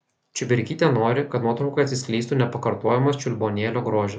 čiuberkytė nori kad nuotraukoje atsiskleistų nepakartojamas čiulbuonėlio grožis